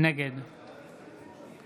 נגד